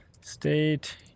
state